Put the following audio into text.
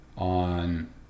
On